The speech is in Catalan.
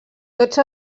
tots